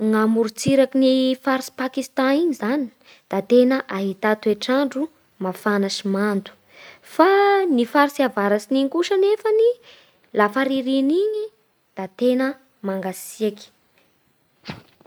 Ny a morotsirak'i Pakistan iny zany da tena ahità toetr'andro mafana sy mando. Fa ny faritsy avarats'igny kosa anefany lafa ririny iny da tena mangatsiaky.